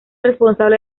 responsable